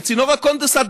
וצינור הקונדנסט,